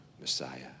Messiah